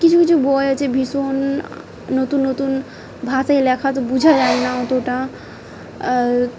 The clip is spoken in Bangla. কিছু কিছু বই আছে ভীষণ নতুন নতুন ভাষায় লেখা তো বুঝা যায় না অতটা